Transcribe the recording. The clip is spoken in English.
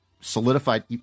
solidified